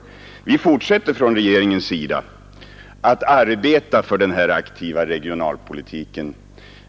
Regeringen fortsätter att arbeta för den aktiva regionalpolitiken.